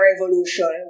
revolution